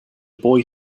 boy